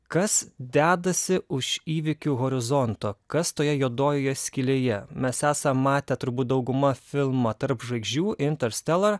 kas dedasi už įvykių horizonto kas toje juodojoje skylėje mes esam matę turbūt dauguma filmą tarp žvaigždžių interstelar